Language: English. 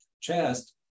chest